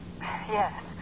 Yes